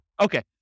Okay